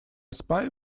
spy